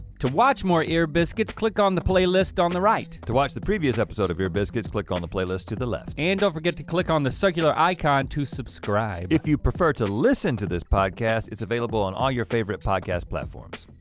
to watch more ear biscuits, click on the playlist on the right. to watch the previous episode of ear biscuits, click on the playlist to the left. and don't forget to click on the circular icon to subscribe. if you prefer to listen to this podcast, it's available on all your favorite podcast platforms.